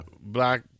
Black